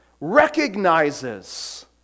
recognizes